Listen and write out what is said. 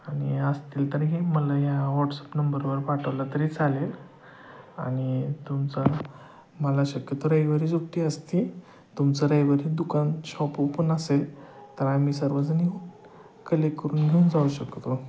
आणि असतील तरीही मला या व्हॉट्सअप नंबरवर पाठवलं तरी चालेल आणि तुमचं मला शक्यतो रविवारी सुट्टी असते तुमचं रविवारी दुकान शॉप ओपन असेल तर आम्ही सर्वजण येऊ कलेक्ट करून घेऊन जाऊ शकतो